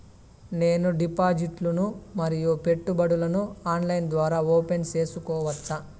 నేను డిపాజిట్లు ను మరియు పెట్టుబడులను ఆన్లైన్ ద్వారా ఓపెన్ సేసుకోవచ్చా?